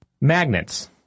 magnets